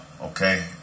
Okay